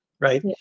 right